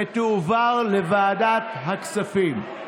ותועבר לוועדת הכספים.